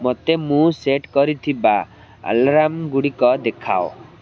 ମତେ ମୁଁ ସେଟ୍ କରିଥିବା ଆଲାର୍ମଗୁଡ଼ିକ ଦେଖାଅ